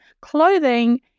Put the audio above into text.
clothing